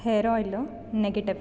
hair oil negative